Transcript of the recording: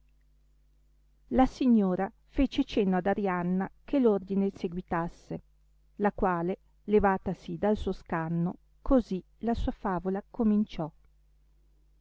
la signora fece cenno ad arianna che l'ordine seguitasse la quale levatasi dal suo scanno così la sua favola cominciò